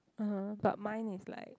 (uh huh) but mine is like